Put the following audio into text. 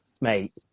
Mate